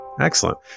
Excellent